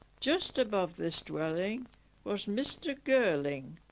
just above this dwelling was mr gurling,